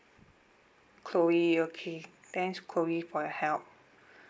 chloe okay thanks chloe for your help